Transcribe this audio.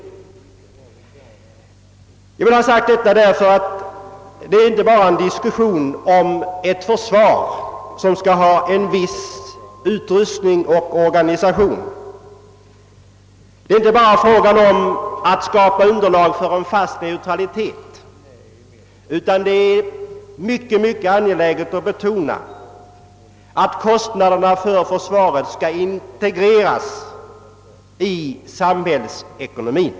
Jag vill ha detta sagt, ty diskussionen gäller inte endast ett försvar som skall ha en viss utrustning och organisation. Det är inte endast fråga om att skapa underlag för en fast neutralitet, utan det är också mycket angeläget att betona att kostnaderna för försvaret skall integreras i samhällsekonomien.